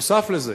נוסף על זה,